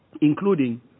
including